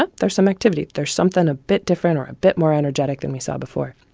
ah there's some activity there's something a bit different or a bit more energetic than we saw before.